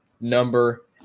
number